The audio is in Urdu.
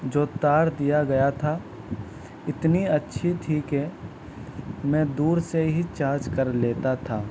جو تار دیا گیا تھا اتنی اچھی تھی کہ میں دور سے ہی چارج کر لیتا تھا